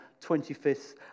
25th